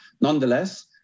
Nonetheless